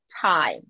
time